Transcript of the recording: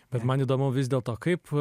bet man įdomu vis dėlto kaip